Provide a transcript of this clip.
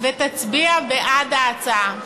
ותצביע בעד ההצעה.